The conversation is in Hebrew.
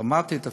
דרמטית אפילו,